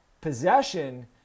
possession